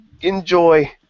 Enjoy